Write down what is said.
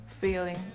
feeling